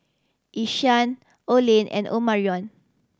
Ishaan Olen and Omarion